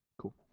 Cool